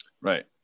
right